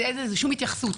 ואין לזה שום התייחסות.